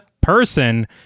person